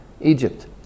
Egypt